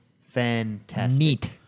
Fantastic